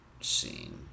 scene